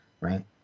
Right